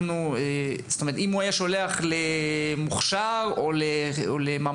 אם הוא היה שולח למוכש"ר או לממ"ח,